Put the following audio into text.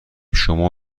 شما